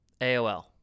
AOL